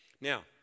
Now